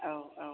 औ औ